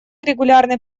регулярной